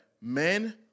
men